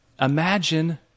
Imagine